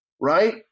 right